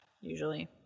usually